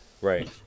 Right